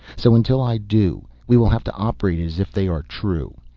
so until i do, we will have to operate as if they are true.